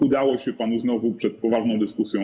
Udało się panu znowu uciec przed poważną dyskusją.